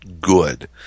good